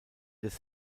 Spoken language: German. des